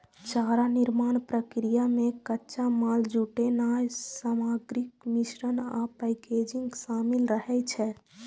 चारा निर्माण प्रक्रिया मे कच्चा माल जुटेनाय, सामग्रीक मिश्रण आ पैकेजिंग शामिल रहै छै